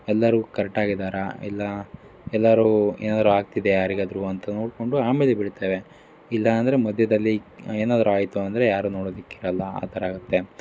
ಎಲ್ಲರೂ ಕರ್ಕ್ಟಾಗಿದ್ದಾರ ಇಲ್ಲ ಎಲ್ಲರೂ ಏನಾರೂ ಆಗ್ತಿದೆಯಾ ಯಾರಿಗಾದ್ರೂ ಅಂತ ನೋಡಿಕೊಂಡು ಆಮೇಲೆ ಬಿಡ್ತೇವೆ ಇಲ್ಲ ಅಂದ್ರೆ ಮಧ್ಯದಲ್ಲಿ ಏನಾದ್ರೂ ಆಯಿತು ಅಂದರೆ ಯಾರೂ ನೋಡೋದಕ್ಕೆ ಇರೋಲ್ಲ ಆ ಥರ ಆಗುತ್ತೆ